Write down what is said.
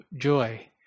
joy